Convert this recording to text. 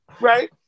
right